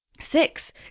Six